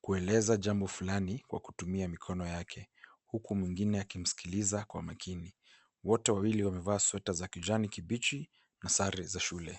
kueleza jambo fulani kwa kutumia mikono yake, huku mwengine akimsikiliza kwa makini. Wote wawili wamevaa sweta za kijani kibichi na sare za shule.